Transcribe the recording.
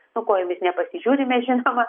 su kojomis nepasižiūrime žinoma